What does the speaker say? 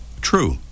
True